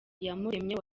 iyamuremye